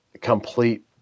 complete